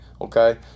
okay